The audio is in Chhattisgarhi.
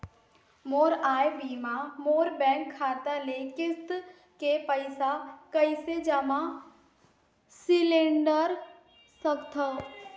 मोर आय बिना मोर बैंक खाता ले किस्त के पईसा कइसे जमा सिलेंडर सकथव?